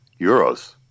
Euros